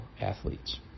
athletes